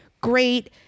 great